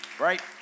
Right